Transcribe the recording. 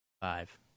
Five